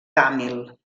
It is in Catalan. tàmil